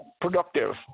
productive